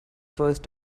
first